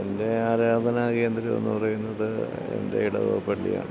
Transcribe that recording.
എൻ്റെ ആരാധനാ കേന്ദ്രം എന്ന് പറയുന്നത് എൻ്റെ ഇടവക പള്ളിയാണ്